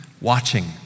watching